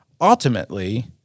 ultimately